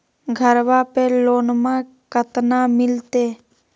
घरबा पे लोनमा कतना मिलते?